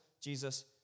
Jesus